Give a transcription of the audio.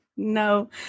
No